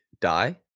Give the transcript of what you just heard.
die